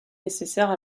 nécessaires